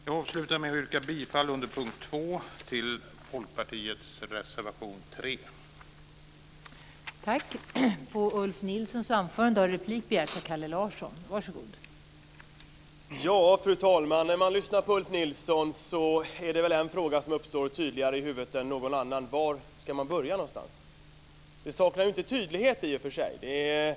Jag avlutar med att yrka bifall till Folkpartiets reservation 3 under punkt 2.